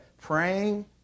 Praying